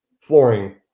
Flooring